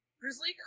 Grizzly